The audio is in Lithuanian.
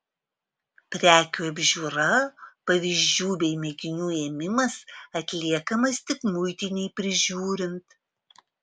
prekių apžiūra pavyzdžių bei mėginių ėmimas atliekamas tik muitinei prižiūrint